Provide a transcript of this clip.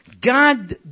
God